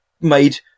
made